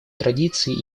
традиции